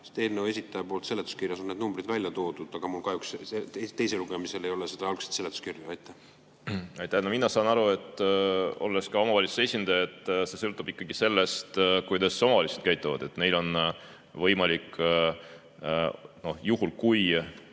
Eelnõu esitaja on seletuskirjas need numbrid välja toonud, aga mul kahjuks teisel lugemisel ei ole seda algset seletuskirja. Aitäh! Mina saan aru, olles ka omavalitsuse esindaja, et see sõltub ikkagi sellest, kuidas omavalitsused käituvad. Omavalitsustel on võimalik juhul, kui